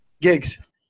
gigs